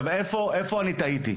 איפה טעיתי?